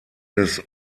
des